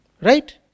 Right